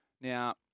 Now